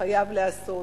חייב להיעשות,